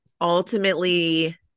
Ultimately